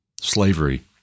slavery